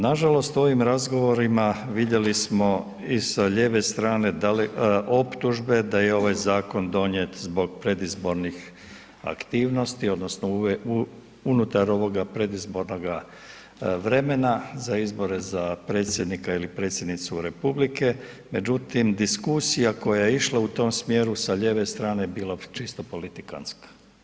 Nažalost, ovim razgovorima vidjeli smo i sa lijeve strane optužbe da je ovaj zakon donijet zbog predizbornih aktivnosti odnosno unutar ovog predizbornoga vremena za izbore za Predsjednika ili Predsjednicu Republike međutim diskusija koja je išla u tom smjeru sa lijeve strane bila je čisto politikanska.